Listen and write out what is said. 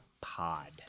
Pod